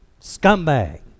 Scumbag